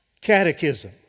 Catechism